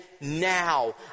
now